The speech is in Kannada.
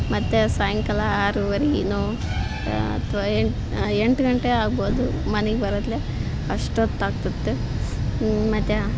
ಮತ್ತು ಸಾಯಂಕಾಲ ಆರುವರೆ ಏನೋ ಅಥ್ವಾ ಎಂಟು ಎಂಟು ಗಂಟೆ ಆಗ್ಬೋದು ಮನೆಗೆ ಬರೋದ್ಲೆ ಅಷ್ಟೊತ್ತು ಆಗ್ತಿತ್ತ ಮತ್ತು